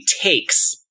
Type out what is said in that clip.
takes